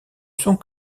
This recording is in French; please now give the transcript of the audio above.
sont